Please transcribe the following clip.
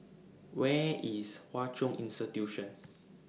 Where IS Hwa Chong Institution